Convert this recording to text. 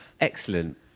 Excellent